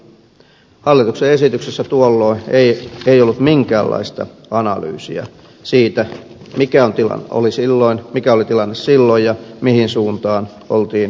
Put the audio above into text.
hallituksen esityksessä tuolloin ei ollut minkäänlaista analyysiä siitä mikä oli tilanne silloin ja mihin suuntaan oltiin menossa